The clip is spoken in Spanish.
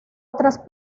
otras